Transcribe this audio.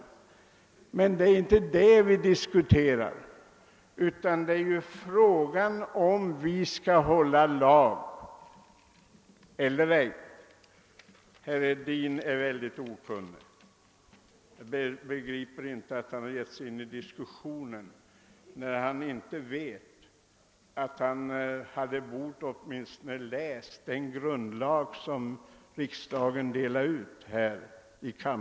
Men det är inte detta vi diskuterar, utan om vi skall följa lagen eller ej. Herr Hedin är mycket okunnig. Jag förstår inte hur han har kunnat ge sig in i diskussionen utan att åtminstone ha läst det nytryck av grundlagen som ledamöterna i denna kammare fått utdelat på sina bord.